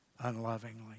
unlovingly